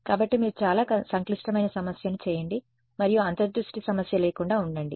కాబట్టి మీరు చాలా సంక్లిష్టమైన సమస్యను చేయండి మరియు అంతర్ దృష్టి సమస్య లేకుండా ఉండండి